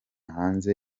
hanze